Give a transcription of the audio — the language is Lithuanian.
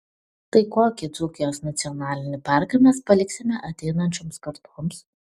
tai kokį dzūkijos nacionalinį parką mes paliksime ateinančioms kartoms